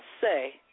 say